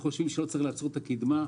אנחנו חושבים שלא צריך לעצור את הקדמה,